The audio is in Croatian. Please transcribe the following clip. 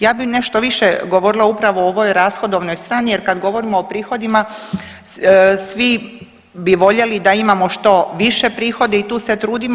Ja bih nešto više govorila upravo o ovoj rashodovnoj strani, jer kada govorimo o prihodima svi bi voljeli da imamo što više prihode i tu se trudimo.